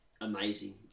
amazing